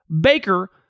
Baker